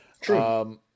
True